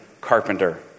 carpenter